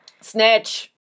Snitch